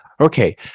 okay